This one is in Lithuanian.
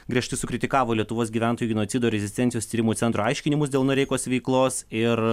griežtai sukritikavo lietuvos gyventojų genocido rezistencijos tyrimų centro aiškinimus dėl noreikos veiklos ir